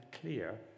clear